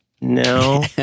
No